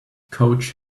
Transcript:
coach